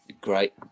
great